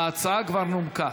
ההצעה כבר נומקה